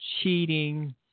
cheating